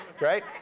right